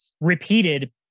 repeated